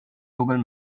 google